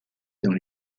dans